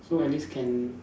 so at least can